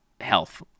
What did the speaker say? health